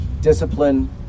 discipline